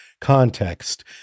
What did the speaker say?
context